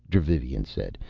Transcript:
dravivian said.